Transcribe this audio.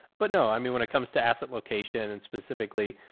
but no, i mean, when it comes to asset location and specifically,